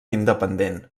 independent